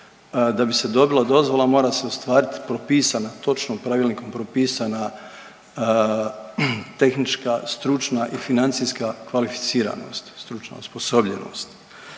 Da bi se dobila dozvola mora se ostvariti propisana, točno pravilnikom propisana tehnička, stručna i financijska kvalificiranost, stručna osposobljenost.